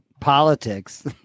politics